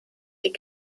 die